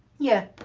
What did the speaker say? yeah,